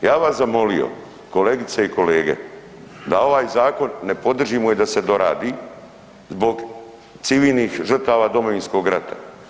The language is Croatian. Ja bi vas zamolio kolegice i kolege da ovaj zakon ne podržimo i da se doradi zbog civilnih žrtava Domovinskog rata.